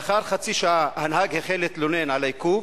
לאחר חצי שעה הנהג החל להתלונן על העיכוב.